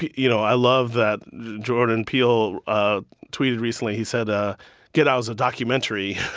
you know, i loved that jordan peele ah tweeted recently, he said, ah get out is a documentary,